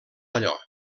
allò